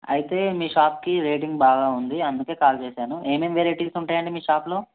అయితే మీ షాప్కి రేటింగ్ బాగా ఉంది అందుకే కాల్ చేసాను ఏమేం వెరైటీస్ ఉంటాయండి మీ షాప్లో